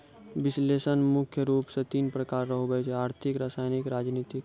विश्लेषण मुख्य रूप से तीन प्रकार रो हुवै छै आर्थिक रसायनिक राजनीतिक